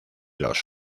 los